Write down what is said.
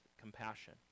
compassion